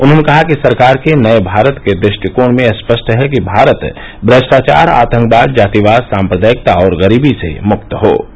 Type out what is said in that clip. उन्होंने कहा कि सरकार के नये भारत के दृष्टिकोण में यह स्पष्ट है कि भारत भ्रष्टाचार आतंकवाद जातिवाद सांप्रदायिकता और गरीबी से मुक्त हुए